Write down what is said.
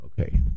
Okay